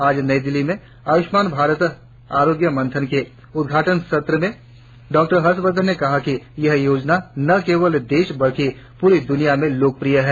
आज नई दिल्ली में आयुष्मान भारत आरोग्य मंथन के उदघाटन सत्र में डॉक्टर हर्षवर्धन ने कहा कि यह योजना न केवल देश में बल्कि पूरी दुनिया में लोकप्रिय रही